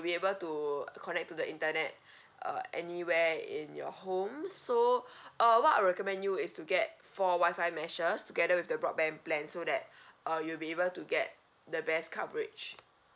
will able to connect to the internet uh anywhere in your home so uh what I'll recommend you is to get four wifi meshes together with the broadband plan so that uh you'll be able to get the best coverage